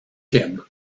him